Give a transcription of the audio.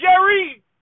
Jerry